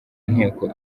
nteko